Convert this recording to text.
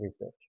research